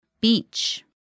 Beach